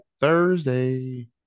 Thursday